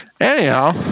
Anyhow